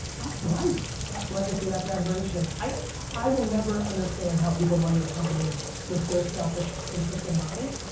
that's nice, that's legacy, that's admiration. i i will never understand how people run their companies. with their selfish interest in mind.